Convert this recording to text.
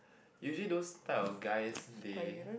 usually those type of guys they